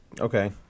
Okay